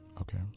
Okay